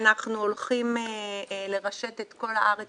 אנחנו הולכים לרשת את כל הארץ